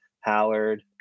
Howard